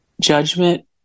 judgment